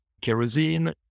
kerosene